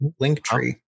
linktree